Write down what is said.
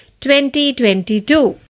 2022